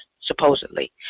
supposedly